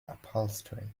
upholstery